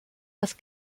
das